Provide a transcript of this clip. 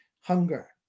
hunger